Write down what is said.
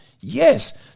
Yes